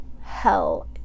hell